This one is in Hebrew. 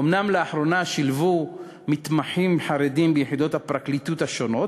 אומנם לאחרונה שילבו מתמחים חרדים ביחידות הפרקליטות השונות,